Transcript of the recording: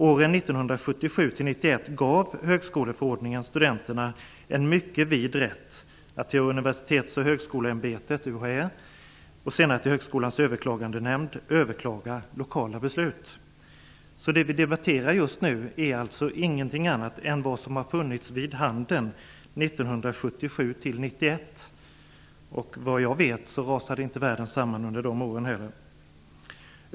Åren 1977--1991 gav högskoleförordningen studenterna en mycket vid rätt att till Universitetsoch högskoleämbetet, UHÄ, och senare till Högskolans överklagandenämnd, överklaga lokala beslut. Det vi debatterar just nu är alltså ingenting annat än vad som var för handen 1977--1991. Såvitt jag vet rasade världen inte samman under de åren heller.